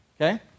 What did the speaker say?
okay